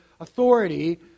authority